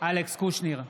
אלכס קושניר,